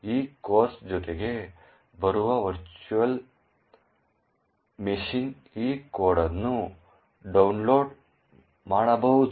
ಈ ಕೋರ್ಸ್ ಜೊತೆಗೆ ಬರುವ ವರ್ಚುವಲ್ ಮೆಷಿನ್ನಲ್ಲಿ ಈ ಕೋಡ್ ಅನ್ನು ಡೌನ್ಲೋಡ್ ಮಾಡಬಹುದು